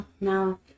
Now